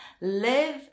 Live